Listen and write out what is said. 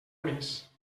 més